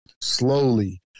slowly